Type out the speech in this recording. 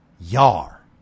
Yar